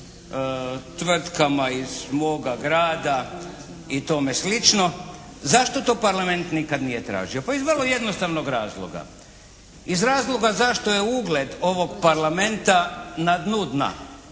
tvrtkama iz moga grada i tome slično? Zašto to Parlament nikad nije tražio? Pa iz jednog vrlo jednostavnog razloga. Iz razloga zašto je ugled ovog Parlamenta na dnu dna.